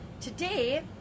today